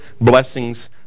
blessings